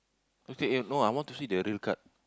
later eh no I want to see the real card